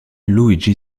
luigi